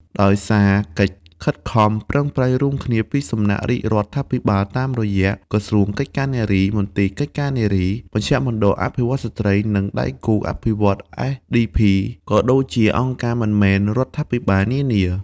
ដោយសារកិច្ចខិតខំប្រឹងប្រែងរួមគ្នាពីសំណាក់រាជរដ្ឋាភិបាលតាមរយៈ ក្រសួងកិច្ចការនារី មន្ទីរកិច្ចការនារី មជ្ឈមណ្ឌលអភិវឌ្ឍន៍ស្ត្រី និងដៃគូអភិវឌ្ឍន៍ SDP ក៏ដូចជាអង្គការមិនមែនរដ្ឋាភិបាលនានា។